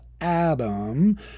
Adam